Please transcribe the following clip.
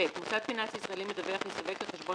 מוסד פיננסי ישראלי מדווח יסווג כחשבון